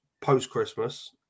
post-Christmas